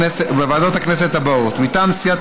הזדמנות גם לברך, חבר הכנסת מיקי, על הכניסה